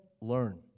learn